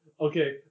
Okay